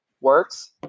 works